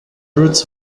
ruth